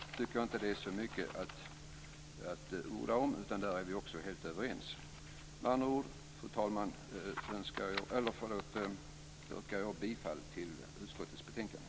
Jag tycker inte att det är så mycket att orda om. Där är vi också helt överens. Jag yrkar med andra ord bifall till utskottets hemställan i betänkandet.